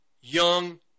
young